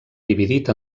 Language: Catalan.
dividit